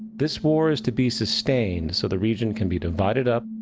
this war is to be sustained, so the region can be divided up,